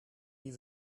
die